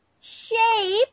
shape